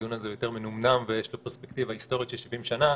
הדיון הזה יותר מנומנם ויש לו פרספקטיבה היסטורית של 70 שנה,